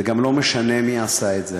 זה גם לא משנה מי עשה את זה,